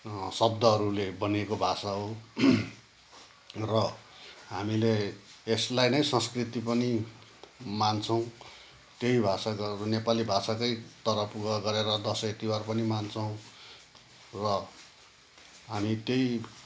शब्दहरूले बनिएको भाषा हो र हामीले यसलाई नै संस्कृति पनि मान्छौँ त्यही भाषा नेपाली भाषाकै तर्फ गरेर दसैँ तिहार पनि मान्छौँ र हामी त्यही